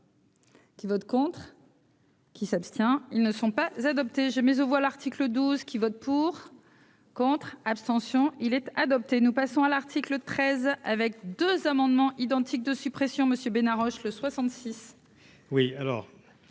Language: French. Qui vote contre. Qui s'abstient, ils ne sont pas adoptés j'ai mets aux voix, l'article 12 qui vote pour, contre, abstention il est adopté, nous passons à l'article 13 avec 2 amendements identiques de suppression monsieur Bena Roche le 66.